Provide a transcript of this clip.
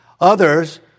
Others